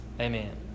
Amen